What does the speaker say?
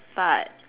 but